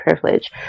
privilege